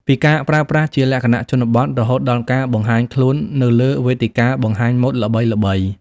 ពីការប្រើប្រាស់ជាលក្ខណៈជនបទ រហូតដល់ការបង្ហាញខ្លួននៅលើវេទិកាបង្ហាញម៉ូដល្បីៗ។